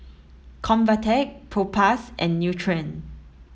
Convatec Propass and Nutren